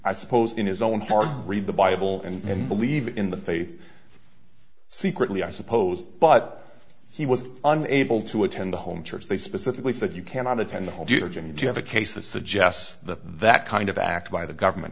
i suppose in his own heart read the bible and believe in the faith secretly i suppose but he was unable to attend the home church they specifically said you cannot attend the whole do you have a case that suggests that that kind of act by the government